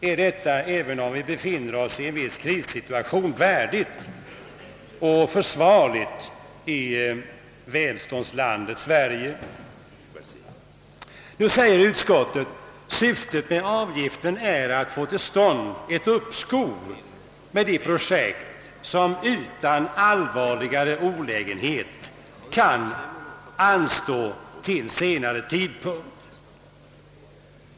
Är detta — även om vi befinner oss i en viss krissituation — värdigt och försvarligt i välståndslandet Sverige? Utskottet säger nu att syftet med avgiften är att få till stånd uppskov med de projekt som utan allvarlig olägenhet kan anstå till senare tidpunkt.